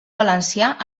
valencià